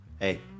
Hey